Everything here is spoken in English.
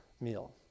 meal